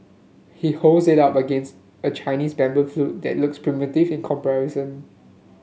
he holds it up against a Chinese bamboo flute that looks primitive in comparison